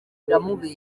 biramubera